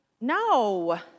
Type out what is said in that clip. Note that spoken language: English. No